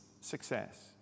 success